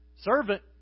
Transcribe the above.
Servant